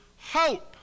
hope